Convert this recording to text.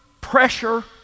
pressure